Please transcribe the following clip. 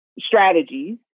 strategies